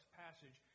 passage